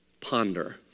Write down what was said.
ponder